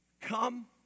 Come